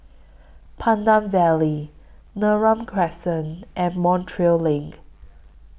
Pandan Valley Neram Crescent and Montreal LINK